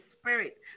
spirit